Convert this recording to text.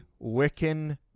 Wiccan